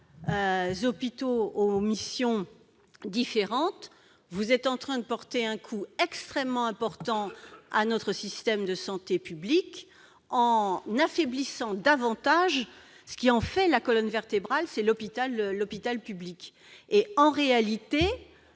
d'hôpitaux aux missions différentes, vous êtes en train de porter un coup extrêmement important à notre système de santé publique, en affaiblissant davantage ce qui en fait la colonne vertébrale, à savoir l'hôpital public. En réalité,